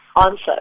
answer